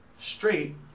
Straight